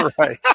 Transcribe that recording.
Right